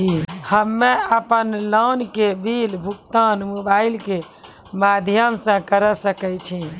हम्मे अपन लोन के बिल भुगतान मोबाइल के माध्यम से करऽ सके छी?